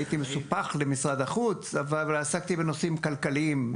הייתי מסופח למשרד החוץ ועסקתי בנושאים כלכליים,